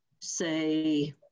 say